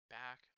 back